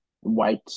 white